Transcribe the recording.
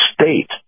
state